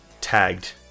tagged